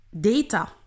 data